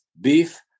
Beef